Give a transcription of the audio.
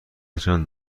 چند